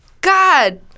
God